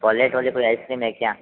walnut वाली कोई ice cream है क्या